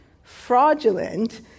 fraudulent